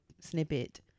snippet